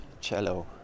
cello